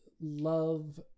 love